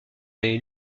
les